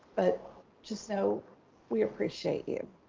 but just know we appreciate you.